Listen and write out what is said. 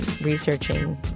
researching